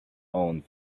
own